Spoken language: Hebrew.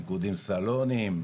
ריקודים סלוניים,